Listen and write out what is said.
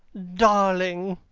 darling!